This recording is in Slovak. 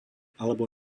alebo